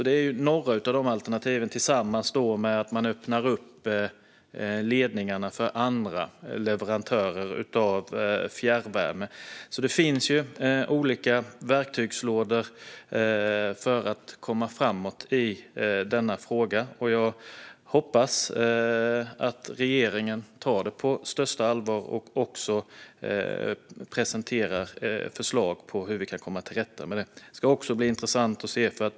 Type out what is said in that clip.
Det är alternativ som finns, tillsammans med att man öppnar ledningarna för andra leverantörer av fjärrvärme. Det finns alltså olika verktygslådor för att komma framåt i denna fråga, och jag hoppas att regeringen tar detta på största allvar och också presenterar förslag på hur vi kan komma till rätta med det.